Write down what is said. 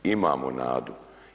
Imamo nadu.